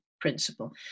principle